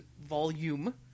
volume